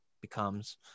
becomes